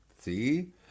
See